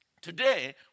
Today